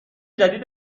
جدید